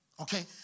okay